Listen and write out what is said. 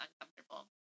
uncomfortable